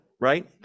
right